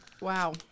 Wow